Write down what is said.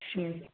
ਅੱਛਾ ਜੀ